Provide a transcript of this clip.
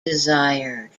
desired